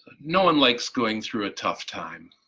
no one likes going through a tough time,